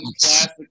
classic